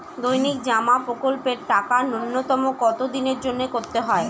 দৈনিক জমা প্রকল্পের টাকা নূন্যতম কত দিনের জন্য করতে হয়?